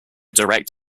direct